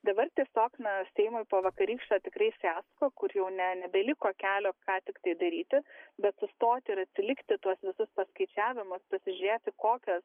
dabar tiesiog na seimui po vakarykščio tikrai fiasko kur jau ne nebeliko kelio ką tik tai daryti bet sustoti ir atsilikti tuos visus paskaičiavimus pasižiūrėti kokios